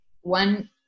one